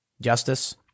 justice